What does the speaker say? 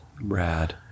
Brad